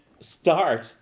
start